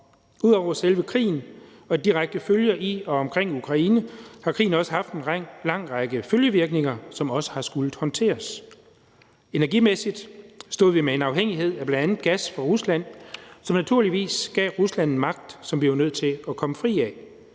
Ud over selve krigen og de direkte følger i og omkring Ukraine har krigen også haft en lang række følgevirkninger, som også har skullet håndteres. Energimæssigt stod vi med en afhængighed af bl.a. gas fra Rusland, som naturligvis gav Rusland en magt, som vi var nødt til at komme fri af.